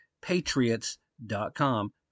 Patriots.com